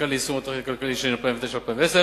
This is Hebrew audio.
חקיקה ליישום התוכנית הכלכלית לשנים 2009 ו-2010),